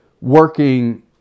working